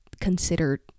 considered